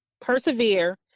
persevere